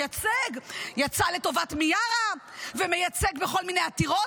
יצא לטובת מיארה ומייצג בכל מיני עתירות